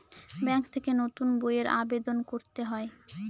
bank থেকে নতুন বইয়ের আবেদন করতে হয়